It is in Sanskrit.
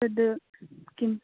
तद् किं